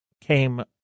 came